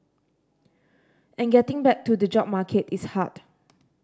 and getting back to the job market is hard